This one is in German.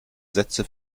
sätze